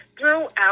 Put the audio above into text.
throughout